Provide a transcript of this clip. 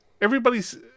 everybody's